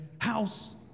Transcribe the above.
house